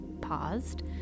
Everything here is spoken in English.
paused